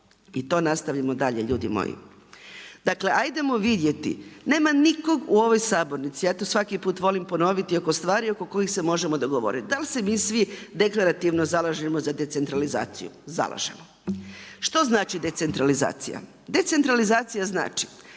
i to nastavimo dalje, ljudi moji. Dakle, ajmo vidjeti, nema nikog u ovom sabornici, ja to svaki put volim ponoviti i oko stvari oko kojih se možemo dogovoriti. Dal se mi svi deklarativno zalažemo za decentralizaciju? Zalažemo. Što znači decentralizacija? Decentralizacija znači,